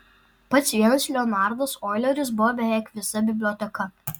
pats vienas leonardas oileris buvo beveik visa biblioteka